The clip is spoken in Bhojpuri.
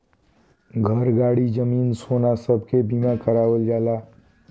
घर, गाड़ी, जमीन, सोना सब के बीमा करावल जाला